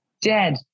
dead